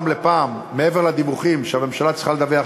הפעם הרביעית,